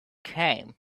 came